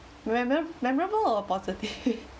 memo~ memorable or positive